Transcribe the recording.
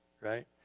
Right